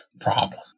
problem